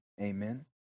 Amen